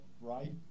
right